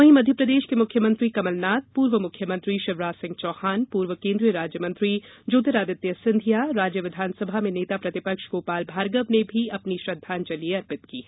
वहीं मध्यप्रदेश के मुख्यमंत्री कमलनाथ पूर्व मुख्यमंत्री शिवराज सिंह चौहान पूर्व केन्द्रीय राज्य मंत्री ज्योतिरादित्य सिंधिया राज्य विधानसभा में नेता प्रतिपक्ष गोपाल भार्गव ने भी अपनी श्रद्धांजलि अर्पित की है